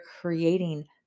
creating